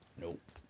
Nope